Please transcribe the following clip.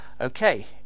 Okay